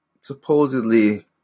supposedly